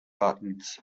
buttons